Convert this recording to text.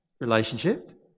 relationship